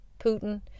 Putin